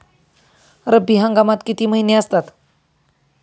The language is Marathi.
रब्बी हंगामात किती महिने असतात?